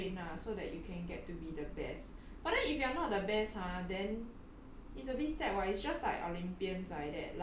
真的要 put in effort to really um train ah so that you can get to be the best but then if you are not the best ha then